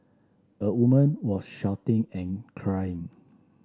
a woman was shouting and crying